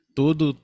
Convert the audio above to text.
todo